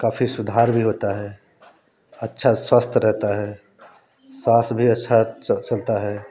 काफ़ी सुधार भी होता है अच्छा स्वास्थ्य रहता है श्वास भी अच्छा चलता है